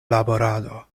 laborado